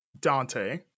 dante